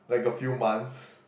like a few months